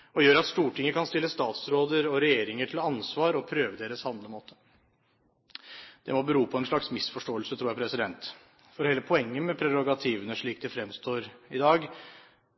og regjering og gjør at Stortinget kan stille statsråder og regjeringer til ansvar og prøve deres handlemåter». Det må bero på en slags misforståelse, tror jeg. For hele poenget med prerogativene slik de fremstår i dag,